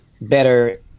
better